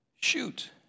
Shoot